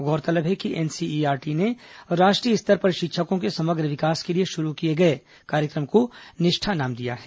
गौरतलब है कि एनसीईआरटी ने राष्ट्रीय स्तर पर शिक्षकों के समग्र विकास के लिए शुरू किए गए कार्यक्रम को निष्ठा नाम दिया है